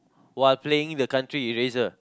while playing the country eraser